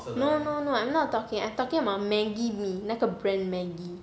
no no no I'm not talking I'm talking about maggi mee 那个 brand